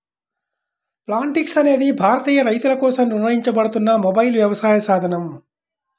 Plantix అనేది భారతీయ రైతులకోసం నిర్వహించబడుతున్న మొబైల్ వ్యవసాయ సాధనం